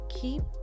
keep